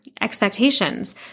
expectations